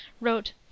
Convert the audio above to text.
wrote